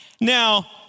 now